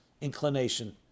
inclination